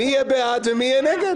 מי יהיה בעד ומי יהיה נגד.